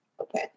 Okay